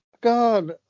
God